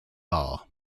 bar